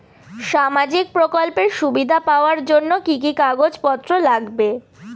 সামাজিক প্রকল্পের সুবিধা পাওয়ার জন্য কি কি কাগজ পত্র লাগবে?